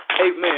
Amen